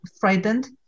frightened